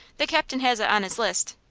the captain has it on his list.